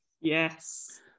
Yes